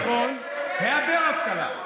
או יותר נכון, היעדר השכלה.